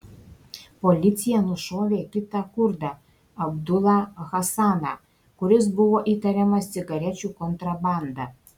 policija nušovė kitą kurdą abdulą hasaną kuris buvo įtariamas cigarečių kontrabanda